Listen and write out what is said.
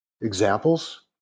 examples